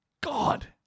God